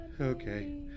Okay